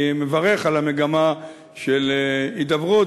אני מברך על המגמה של הידברות.